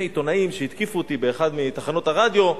עיתונאים שהתקיפו אותי באחת מתחנות הרדיו,